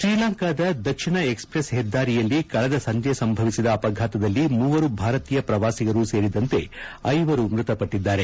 ಶ್ರೀಲಂಕಾದ ದಕ್ಷಿಣ ಎಕ್ಸ್ಪ್ರೆಸ್ ಹೆದ್ದಾರಿಯಲ್ಲಿ ಕಳೆದ ಸಂಜೆ ಸಂಭವಿಸಿದ ಅಪಘಾತದಲ್ಲಿ ಮೂವರು ಭಾರತೀಯ ಪ್ರವಾಸಿಗರು ಸೇರಿದಂತೆ ಐವರು ಮ್ಬತಪಟ್ಟಿದ್ದಾರೆ